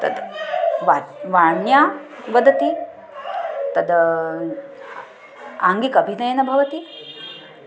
तद् व् वाण्या वदति तद् आङ्गिक अभिनयेन भवति